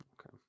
Okay